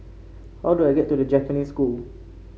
how do I get to The Japanese School